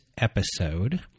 episode